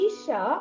Isha